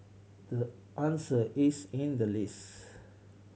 the answer is in the list